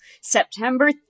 September